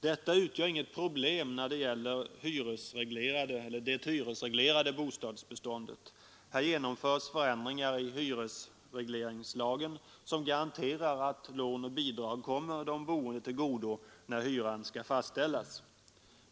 Detta utgör inget problem när det gäller det hyresreglerade bostadsbeståndet. Här genomförs förändringar i hyresregleringslagen som garanterar att lån och bidrag kommer de boende till godo när hyran skall fastställas.